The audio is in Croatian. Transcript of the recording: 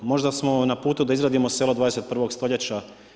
Možda smo na putu da izradimo selo 21. stoljeća.